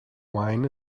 wine